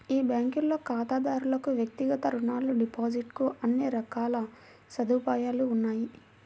ఈ బ్యాంకులో ఖాతాదారులకు వ్యక్తిగత రుణాలు, డిపాజిట్ కు అన్ని రకాల సదుపాయాలు ఉన్నాయి